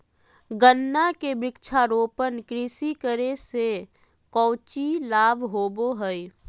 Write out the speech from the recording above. गन्ना के वृक्षारोपण कृषि करे से कौची लाभ होबो हइ?